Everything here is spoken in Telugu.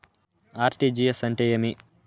ఆర్.టి.జి.ఎస్ అంటే ఏమి